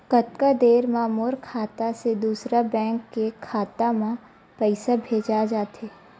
कतका देर मा मोर खाता से दूसरा बैंक के खाता मा पईसा भेजा जाथे?